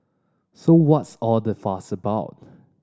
so what's all the fuss about